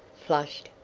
flushed,